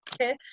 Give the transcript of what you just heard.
okay